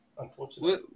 unfortunately